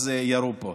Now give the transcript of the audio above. ירו בו.